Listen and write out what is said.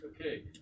Okay